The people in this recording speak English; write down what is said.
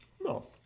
No